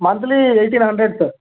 monthly eighteen hundred sir